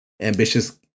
ambitious